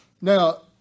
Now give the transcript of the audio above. Now